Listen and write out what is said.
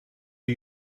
are